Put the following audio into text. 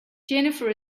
jennifer